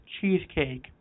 Cheesecake